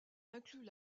incluent